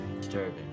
disturbing